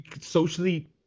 socially